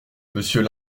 monsieur